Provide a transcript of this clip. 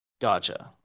Gotcha